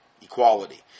equality